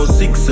six